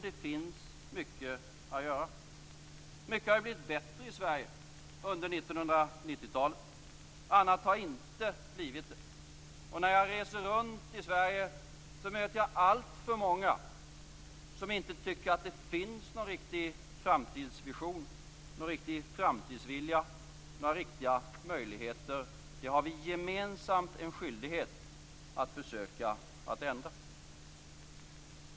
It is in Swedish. Det finns mycket att göra. Mycket har blivit bättre i Sverige under 1990-talet. Annat har inte blivit det. När jag reser runt i Sverige möter jag alltför många som inte tycker att det finns någon riktig framtidsvision, någon riktig framtidsvilja, några riktiga möjligheter. Det har vi gemensamt en skyldighet att försöka ändra på.